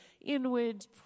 inward